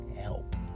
help